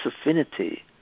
affinity